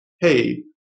hey